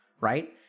right